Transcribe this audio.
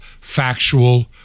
factual